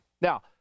Now